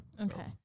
Okay